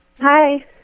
Hi